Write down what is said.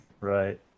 Right